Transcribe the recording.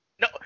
No